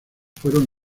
fueron